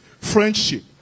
Friendship